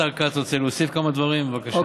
השר כץ רוצה להוסיף כמה דברים, בבקשה.